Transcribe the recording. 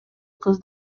кыз